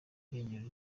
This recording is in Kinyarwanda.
irengero